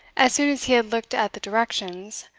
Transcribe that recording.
as soon as he had looked at the directions,